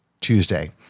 Tuesday